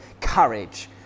courage